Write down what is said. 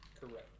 correct